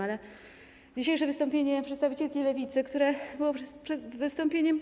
Ale dzisiejsze wystąpienie przedstawicielki Lewicy, które było wystąpieniem